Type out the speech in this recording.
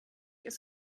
ist